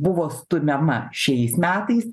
buvo stumiama šiais metais